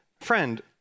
friend